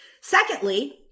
Secondly